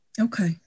Okay